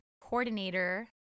coordinator